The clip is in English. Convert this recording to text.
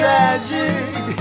Tragic